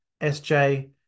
SJ